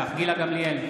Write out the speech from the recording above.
אינו נוכח גילה גמליאל,